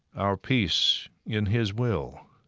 our peace in his will.